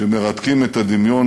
שמרתקים את הדמיון.